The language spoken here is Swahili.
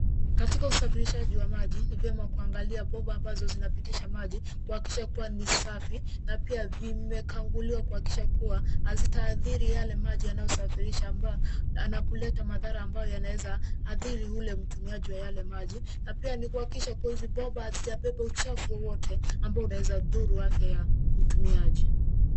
Katika usafirishaji wa maji ni vyema kuangalia bomba ambazo zinapitisha maji kuhakikisha kwamba zinausafi na pia vimekaguliwa kuhakikisha kuwa hazitaadhiri yale maji yanayosafirishwa ama kuleta magonjwa ambayo yanaadhiri yule mtumiaji wa yale maji, na pia ni kuhakikisha hizi bomba hazijabeba uchafu wowote ambao unaweza dhuru afya ya mtumiaji.